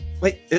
Wait